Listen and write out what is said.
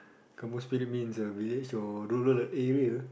kampung spirit means uh village or rural area